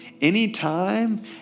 anytime